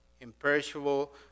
imperishable